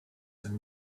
and